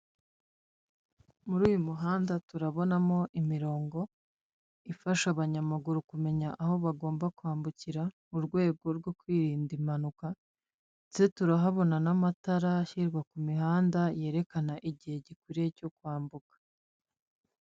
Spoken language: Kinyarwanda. Muri uyu muhanda turabonamo imirongo ifasha abanyamaguru kumenya aho bagomba kwambukira mu rwego rwo kwirinda impanuka, ndetse turahabona n'amatara ashyirwa ku mihanda yerekana igihe gikwiye cyo kwambuka.